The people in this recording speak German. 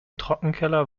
trockenkeller